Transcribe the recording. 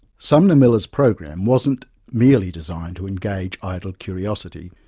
sumner miller's program wasn't merely designed to engage idle curiosity.